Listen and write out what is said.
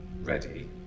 Ready